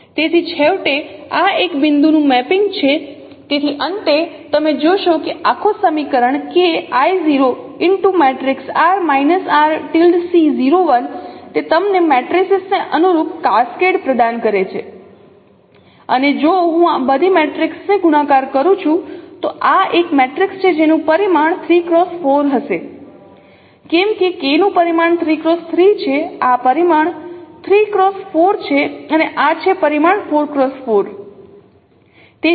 તેથી છેવટે આ એક બિંદુનું મેપિંગ છે તેથી અંતે તમે જોશો કે આખું સમીકરણ તે તમને મેટ્રિસીસને અનુરૂપ કાસ્કેડ પ્રદાન કરે છે અને જો હું આ બધી મેટ્રિક્સને ગુણાકાર કરું છું તો આ એક મેટ્રિસ છે જેનું પરિમાણ 3 x 4 હશે કેમ કે K નુ પરિમાણ 3 x 3 છે આ પરિમાણ 3 x 4 છે અને આ છે પરિમાણ 4 x 4